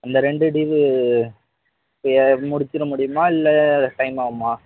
அந்த ரெண்டு ட்டுயூவு முடிச்சிடுற முடியுமா இல்லை டைம்மாகுமா